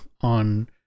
on